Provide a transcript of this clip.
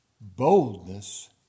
boldness